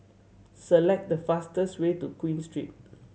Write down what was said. select the fastest way to Queen Street